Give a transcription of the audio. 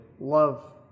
love